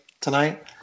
tonight